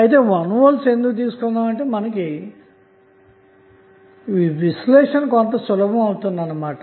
కానీ 1V తీసుకోవటం వలన సులభం అవుతుంది అన్నమాట